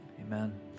amen